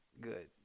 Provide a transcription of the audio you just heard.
Good